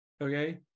okay